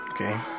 Okay